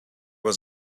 was